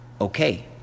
Okay